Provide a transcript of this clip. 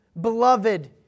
beloved